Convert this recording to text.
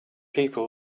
people